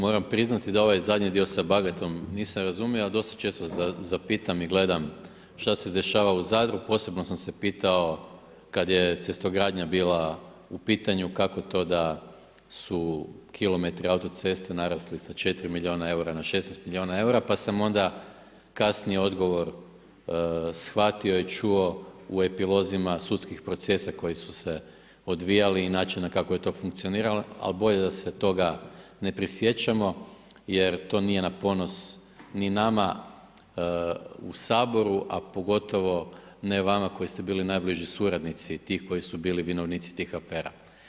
Moram priznati da ovaj zadnji dio sa Bagatom nisam razumio a dosta često se zapitam i gledam šta se dešava u zadru, posebno sam se pitao kad je cestogradnja bila u pitanju kako to da su kilometri autoceste narasli sa 4 milijuna eura na 16 milijuna eura pa sam onda kasnije odgovor shvatio i čuo u epilozima sudskih procesa koji su se odvijali i načina kao je to funkcioniralo ali bolje da se toga ne prisjećamo jer je to nije na ponos ni nama u Saboru a pogotovo ne vama koji ste bili najbliži suradnici tih koji su bilo vinovnici tih afera.